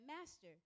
master